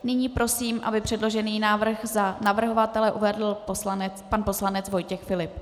Nyní prosím, aby předložený návrh za navrhovatele uvedl pan poslanec Vojtěch Filip.